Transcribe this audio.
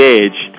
edge